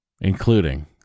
including